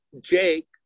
Jake